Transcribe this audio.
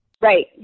Right